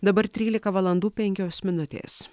dabar trylika valandų penkios minutės